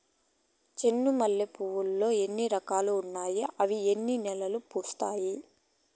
చెండు మల్లె పూలు లో ఎన్ని రకాలు ఉన్నాయి ఇవి ఎన్ని నెలలు పూస్తాయి